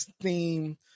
theme